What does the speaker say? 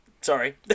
Sorry